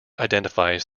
identifies